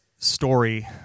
story